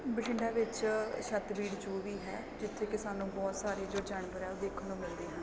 ਬਠਿੰਡਾ ਵਿੱਚ ਛੱਤਬੀੜ ਜ਼ੂ ਵੀ ਹੈ ਜਿੱਥੇ ਕਿ ਸਾਨੂੰ ਬਹੁਤ ਸਾਰੇ ਜੋ ਜਾਨਵਰ ਆ ਉਹ ਦੇਖਣ ਨੂੰ ਮਿਲਦੇ ਹਨ